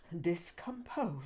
...discomposed